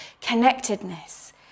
connectedness